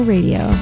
Radio